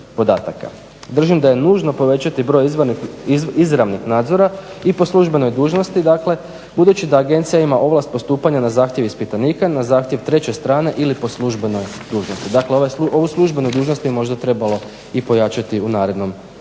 Držim da je nužno povećati broj izravnih nadzora i po službenoj dužnosti, dakle, budući da agencija ima ovlast postupanja na zahtjev ispitanika, na zahtjev treće strane ili po službenoj dužnosti. Dakle, ovu službenu dužnost je možda trebalo i pojačati u narednome periodu,